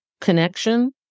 connection